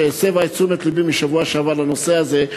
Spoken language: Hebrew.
שהסבה את תשומת לבי בשבוע שעבר לנושא הזה,